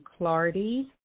Clardy